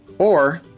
or